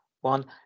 one